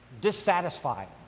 dissatisfied